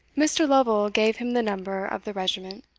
mr. lovel gave him the number of the regiment.